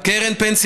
קרן פנסיה